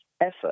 effort